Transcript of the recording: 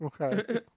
okay